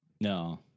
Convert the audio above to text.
No